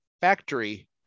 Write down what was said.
factory